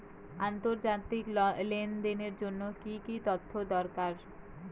আন্তর্জাতিক লেনদেনের জন্য কি কি তথ্য দরকার?